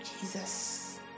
Jesus